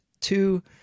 two